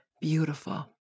beautiful